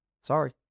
Sorry